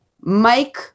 Mike